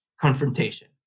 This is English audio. confrontation